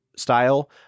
style